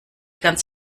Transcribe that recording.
ganz